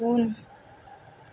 उन